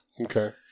Okay